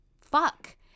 fuck